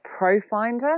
Profinder